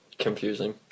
Confusing